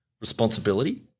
responsibility